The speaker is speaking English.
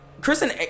Kristen